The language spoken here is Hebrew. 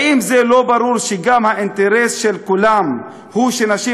האם לא ברור שהאינטרס של כולם הוא שנשים